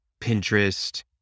Pinterest